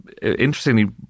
Interestingly